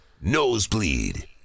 nosebleed